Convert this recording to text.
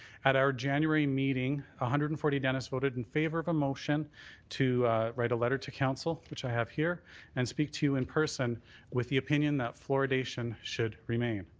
at our january meeting, one ah hundred and forty dentists voted in favour of a motion to write a letter to council which i have here and speak to you in person with the opinion that fluoridation should remain.